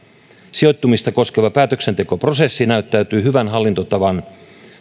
sijoittumista koskeva päätöksentekoprosessi näyttäytyy hyvän hallintotavan